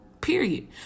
Period